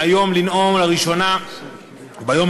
לנאום לראשונה היום,